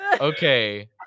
okay